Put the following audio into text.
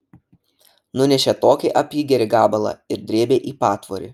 nunešė tokį apygerį gabalą ir drėbė į patvorį